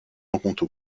rencontre